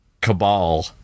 cabal